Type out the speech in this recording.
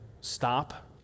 stop